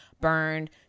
burned